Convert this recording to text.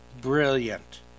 brilliant